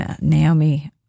Naomi